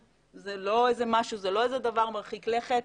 זה לא איזה דבר מרחיק לכת,